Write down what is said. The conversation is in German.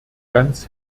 ganz